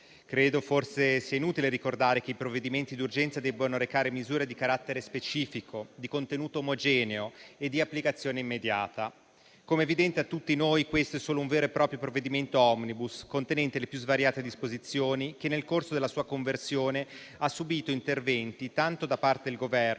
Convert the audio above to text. Credo sia inutile ricordare che i provvedimenti d'urgenza devono recare misure di carattere specifico, di contenuto omogeneo e di applicazione immediata. Come è evidente a tutti noi, questo è solo un vero e proprio provvedimento *omnibus*, contenente le più svariate disposizioni che nel corso della sua conversione ha subito interventi, tanto da parte del Governo